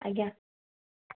ଆଜ୍ଞା